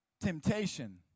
temptation